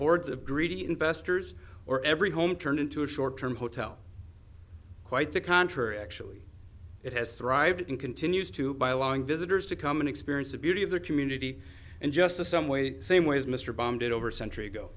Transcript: hordes of greedy investors or every home turned into a short term hotel quite the contrary actually it has thrived and continues to by allowing visitors to come and experience the beauty of their community and just to some way the same way as mr bonded over century ago